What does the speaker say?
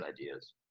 ideas